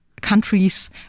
countries